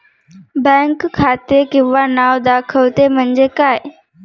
Bank खाते किंवा नाव दाखवते म्हणजे काय?